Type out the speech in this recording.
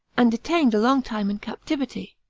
and detained a long time in captivity.